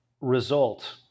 result